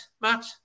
Matt